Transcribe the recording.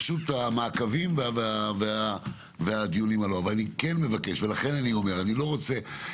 אבל אני אומר,